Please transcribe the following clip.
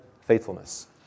faithfulness